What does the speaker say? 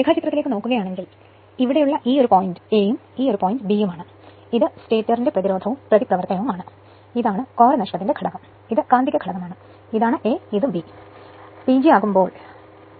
രേഖാചിത്രത്തിലേക്ക് നോക്കുകയാണെങ്കിൽ ഇവിടെയുള്ള ഈ ഒരു ബിന്ദു a ഉം ഈ ബിന്ദു b ഉം ആണ് ഇത് സ്റ്റേറ്ററിന്റെ പ്രതിരോധവും പ്രതിപ്രവർത്തനവും ആണ് ഇതാണ് കോർ നഷ്ടത്തിന്റെ ഘടകം ഇത് കാന്തിക ഘടകമാണ് ഇതാണ് a ഇത് b PG ആക്കുമ്പോൾ 3